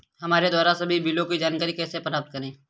हमारे द्वारा सभी बिलों की जानकारी कैसे प्राप्त करें?